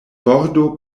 bordo